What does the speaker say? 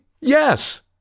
Yes